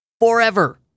forever